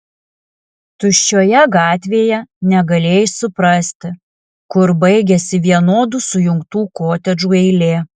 tuščioje gatvėje negalėjai suprasti kur baigiasi vienodų sujungtų kotedžų eilė